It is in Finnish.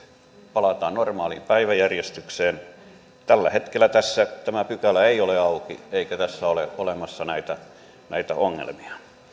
palataan normaaliin päiväjärjestykseen tällä hetkellä tässä tämä pykälä ei ole auki eikä tässä ole olemassa näitä näitä ongelmia